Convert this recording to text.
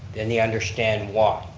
then they understand why.